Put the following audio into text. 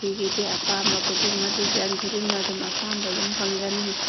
ꯐꯤꯒꯤꯗꯤ ꯑꯄꯥꯝꯕ ꯈꯨꯗꯤꯡꯃꯛ ꯗꯖꯥꯏꯟ ꯈꯨꯗꯤꯡꯃꯛ ꯑꯄꯥꯝꯕ ꯑꯗꯨꯝ ꯐꯪꯒꯅꯤ